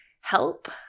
help